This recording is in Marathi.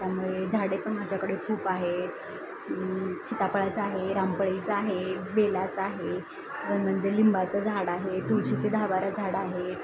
त्यामुळे झाडे पण माझ्याकडे खूप आहे सीताफळाचं आहे रामफळाचं आहे बेलाचं आहे म्हणजे लिंबाचं झाड आहे तुळशीचे दहा बारा झाडं आहे